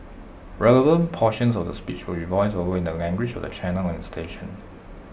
relevant portions of the speech will be voiced over in the language of the channel and station